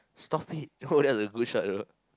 stop it no that's a good shot though